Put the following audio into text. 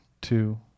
two